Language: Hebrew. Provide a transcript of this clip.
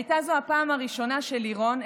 הייתה זו הפעם הראשונה שלירון,